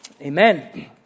amen